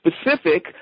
specific